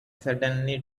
suddenly